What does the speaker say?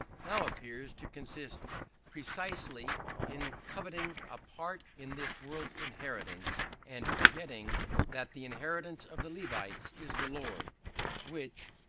now appears to consist precisely in coveting a part in this world's inheritance, and forgetting that the inheritance of the levites is the lord which,